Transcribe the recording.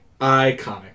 iconic